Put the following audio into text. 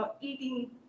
eating